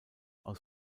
aus